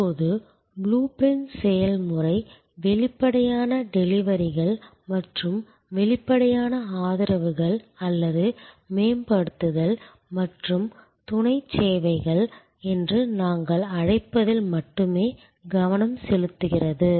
இப்போது blueprint செயல்முறை வெளிப்படையான டெலிவரிகள் மற்றும் வெளிப்படையான ஆதரவுகள் அல்லது மேம்படுத்துதல் மற்றும் துணைச் சேவைகள் என்று நாங்கள் அழைப்பதில் மட்டுமே கவனம் செலுத்துகிறது